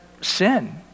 sin